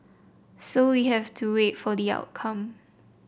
so we have to wait for the outcome